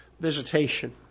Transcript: visitation